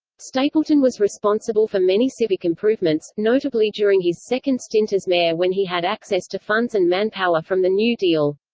stapleton was responsible for many civic improvements, notably during his second stint as mayor when he had access to funds and manpower from the new deal.